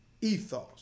ethos